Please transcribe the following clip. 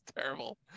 terrible